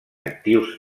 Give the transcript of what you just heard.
actius